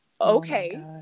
okay